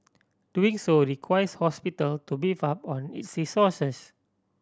doing so requires hospital to beef up on its resources